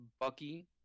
Bucky